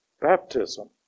baptism